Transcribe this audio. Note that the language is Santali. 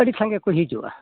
ᱟᱹᱰᱤ ᱥᱟᱸᱜᱮ ᱠᱚ ᱦᱤᱡᱩᱜᱼᱟ